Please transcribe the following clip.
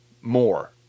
more